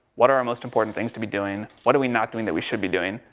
what are our most important things to be doing? what are we not doing that we should be doing?